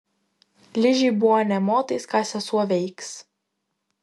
ližei buvo nė motais ką sesuo veiks